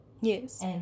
Yes